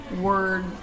word